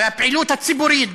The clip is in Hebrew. והפעילות הציבורית,